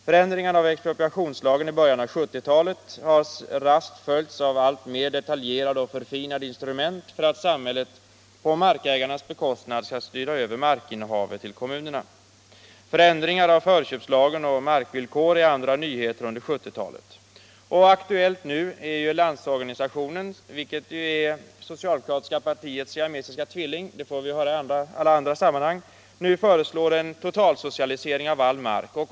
Förändringarna av expropriationslagen i början av 1970-talet har raskt följts av alltmer detaljerade och förfinade instrument för samhället att på markägarnas bekostnad skriva över markinnehavet till kommunerna. Förändringar av förköpslagen och markvillkor är andra nyheter under 1970-talet. Aktuellt nu är att LO — det socialdemokratiska partiets siamesiska tvilling, något som vi får höra i alla andra sammanhang -— föreslår en totalsocialisering av all mark.